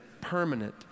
permanent